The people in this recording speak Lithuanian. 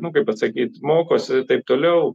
nu kaip pasakyt mokosi ir taip toliau